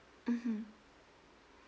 mmhmm